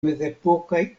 mezepokaj